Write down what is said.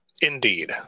indeed